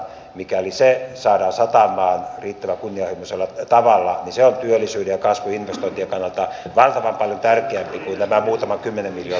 mikäli se saadaan satamaan riittävän kunnianhimoisella tavalla niin se on työllisyyden ja kasvuinvestointien kannalta valtavan paljon tärkeämpi kuin tämä muutaman kymmenen miljoonan käyttäminen tiettyihin tarkoituksiin